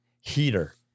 heater